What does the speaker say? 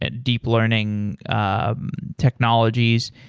and deep learning um technologies.